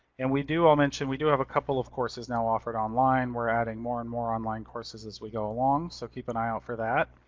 and we do, i'll mention, we do have a couple of courses now offered online. we're adding more and more online courses as we go along, so keep an eye out for that.